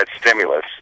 stimulus